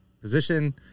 position